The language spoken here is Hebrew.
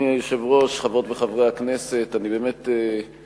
אני מבין שחבר הכנסת לוין רוצה להודות,